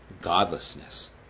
godlessness